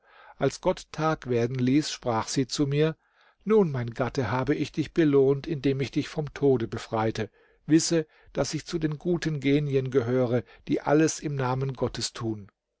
als gott tag werden ließ sprach sie zu mir nun mein gatte habe ich dich belohnt indem ich dich vom tode befreite wisse daß ich zu den guten genien gehöre die alles im namen gottes tun